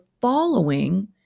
following